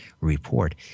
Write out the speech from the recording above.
Report